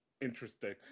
interesting